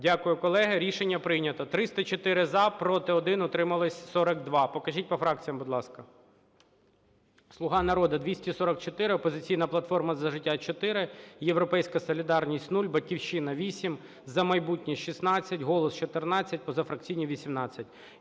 Дякую, колеги. Рішення прийнято. 304 – за, проти – 1, утрималися – 42. Покажіть по фракціям, будь ласка. "Слуга народу" – 244, "Опозиційна платформа - За життя" – 4, "Європейська солідарність" – 0, "Батьківщина" – 8, "За майбутнє" – 16, "Голос" – 14, позафракційні – 18.